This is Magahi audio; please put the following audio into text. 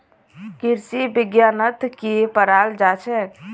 कृषि विज्ञानत की पढ़ाल जाछेक